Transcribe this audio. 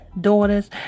daughters